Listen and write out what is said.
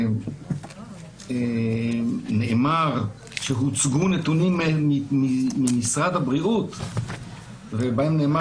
שבו נאמר שהוצגו נתונים ממשרד הבריאות ובהם נאמר